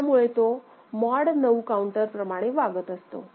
त्यामुळे तो mod 9 counter प्रमाणे वागत असतो